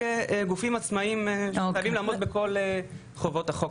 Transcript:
כגופים עצמאיים שמחויבים לעמוד בכל חובות החוק.